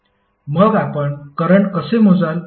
मग आपण करंट कसे मोजाल